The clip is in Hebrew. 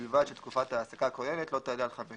ובלבד שתקופת ההעסקה הכוללת לא תעלה על חמש שנים,